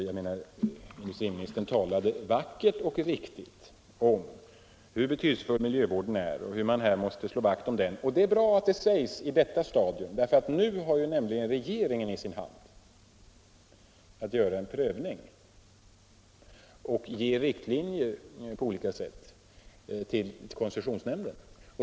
Industriministern talade vackert och riktigt om hur betydelsefull miljövården är och att man måste slå vakt om den. Det är bra att det sägs på detta stadium, för nu har nämligen regeringen i sin hand att göra en prövning och ange riktlinjer på olika sätt till koncessionsnämnden.